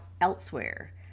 elsewhere